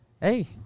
Hey